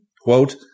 quote